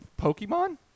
Pokemon